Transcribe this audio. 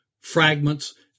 fragments